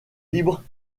libre